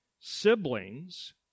Siblings